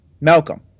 Malcolm